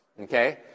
okay